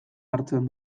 hartzen